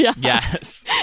Yes